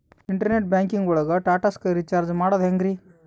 Internet banking ಒಳಗ್ Tata Sky recharge ಮಾಡದ್ ಹೆಂಗ್ರೀ?